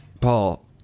Paul